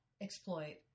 exploit